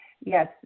yes